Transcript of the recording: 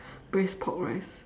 braised pork rice